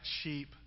sheep